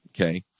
Okay